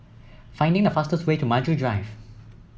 finding the fastest way to Maju Drive